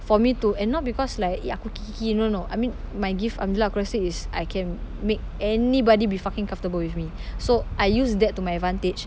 for me to and not because like eh aku no no no I mean my gift alhamdulillah is I can make anybody be fucking comfortable with me so I use that to my advantage